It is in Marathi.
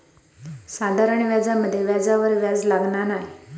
साधारण व्याजामध्ये व्याजावर व्याज लागना नाय